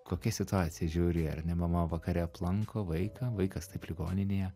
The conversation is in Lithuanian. kokia situacija žiauri ar ne mama vakare aplanko vaiką vaikas taip ligoninėje